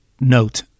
Note